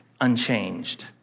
unchanged